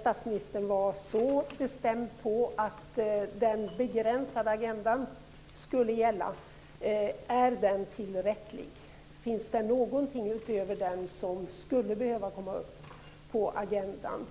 Statsministern var så bestämd på att den begränsade agendan skulle gälla. Är den tillräcklig? Finns det någonting utöver den som skulle behöva komma upp på agendan?